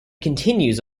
continues